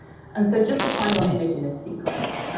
and so just a final image in this sequence.